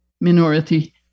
minority